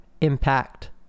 impact